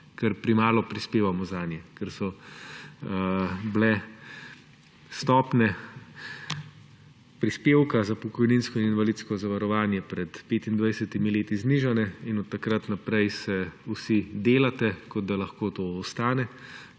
ker premalo prispevamo zanje, ker so bile stopnje prispevka za pokojninsko in invalidsko zavarovanje pred 25. leti znižane in od takrat naprej se vsi delate, kot da lahko to ostane,